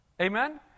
Amen